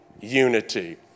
unity